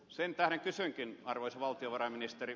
sen tähden kysynkin arvoisa valtiovarainministeri